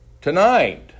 Tonight